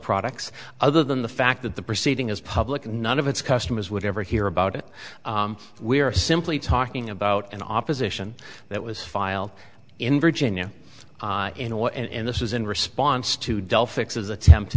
products other than the fact that the proceeding is public and none of its customers would ever hear about it we are simply talking about an opposition that was filed in virginia in or and this is in response to dell fixes attempt